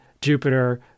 Jupiter